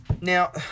Now